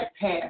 path